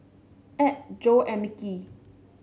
Add Jo and Mickey